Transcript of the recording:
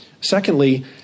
Secondly